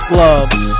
Gloves